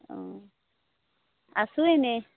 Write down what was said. অঁ আছোঁ এনেই